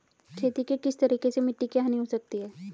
खेती के किस तरीके से मिट्टी की हानि हो सकती है?